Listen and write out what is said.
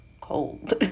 cold